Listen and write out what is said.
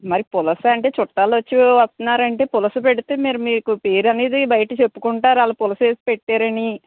మరి పులసంటే చుట్టాలొచ్చి వస్తున్నారంటే పులస పెడితే మరి మీకు పేరనేది బయట చెప్పుకుంటారు వాళ్ళు పులస వేసి పెట్టారని